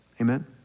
Amen